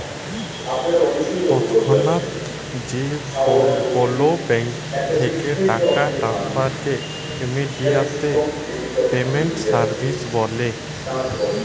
তৎক্ষনাৎ যে কোলো ব্যাংক থ্যাকে টাকা টেনেসফারকে ইমেডিয়াতে পেমেন্ট সার্ভিস ব্যলে